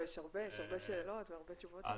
לא, יש הרבה שאלות והרבה תשובות.